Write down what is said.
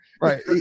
Right